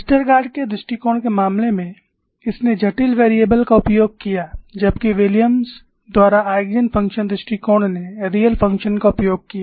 Westergaard के दृष्टिकोण के मामले में इसने जटिल वेरिएबल का उपयोग किया जबकि विलियम्सWilliam's द्वारा आइगेन फ़ंक्शन दृष्टिकोण ने रियल फ़ंक्शन का उपयोग किया